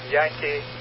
Yankee